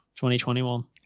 2021